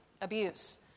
abuse